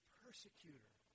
persecutor